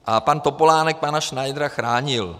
A pan Topolánek pana Šnajdra chránil.